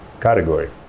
category